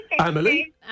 Emily